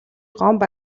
гомбо